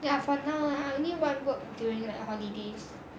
ya for now ah I only one work during the holidays